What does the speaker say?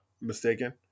mistaken